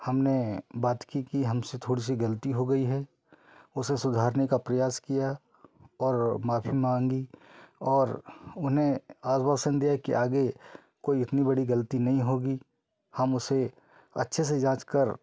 हमने बात की कि हमसे थोड़ी से गलती हो गई है उसे सुधारने का प्रयास किया और माफ़ी मांगी और उन्हें आशवासन दिया कि आगे कोई इतनी बड़ी गलती नहीं होगी हम उसे अच्छे से जाँच कर